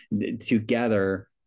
together